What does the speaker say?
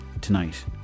tonight